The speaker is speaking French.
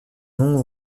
nom